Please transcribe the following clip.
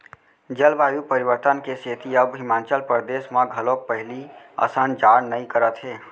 जलवायु परिवर्तन के सेती अब हिमाचल परदेस म घलोक पहिली असन जाड़ नइ करत हे